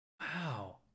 Wow